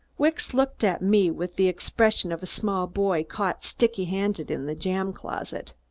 wicks looked at me with the expression of a small boy caught sticky-handed in the jam-closet.